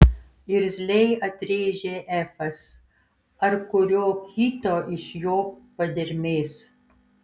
irzliai atrėžė efas ar kurio kito iš jo padermės